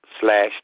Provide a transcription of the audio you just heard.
slash